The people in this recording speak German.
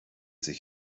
sich